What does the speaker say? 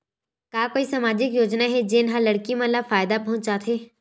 का कोई समाजिक योजना हे, जेन हा लड़की मन ला फायदा पहुंचाथे?